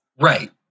Right